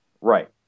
Right